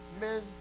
men